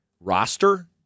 roster